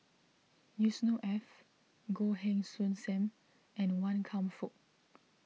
Yusnor Ef Goh Heng Soon Sam and Wan Kam Fook